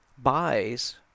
Buys